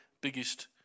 biggest